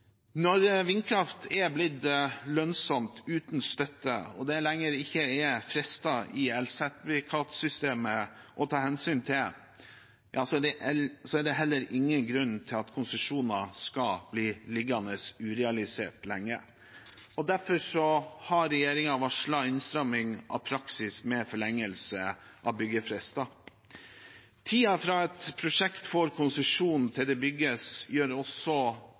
Når vindkraft er blitt lønnsomt uten støtte, og det ikke lenger er frister i elsertifikatsystemet å ta hensyn til, er det heller ingen grunn til at konsesjoner skal bli liggende urealisert lenge. Derfor har regjeringen varslet innstramming av praksis med forlengelse av byggefrister. Tiden fra et prosjekt får konsesjon til det bygges gjør også